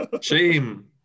Shame